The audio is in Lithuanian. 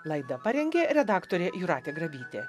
laidą parengė redaktorė jūratė grabytė